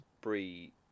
Brie